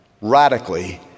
radically